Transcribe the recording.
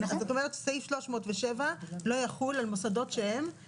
את אומרת שסעיף 307 לא יחול על מוסדות שהם